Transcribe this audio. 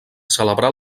celebrar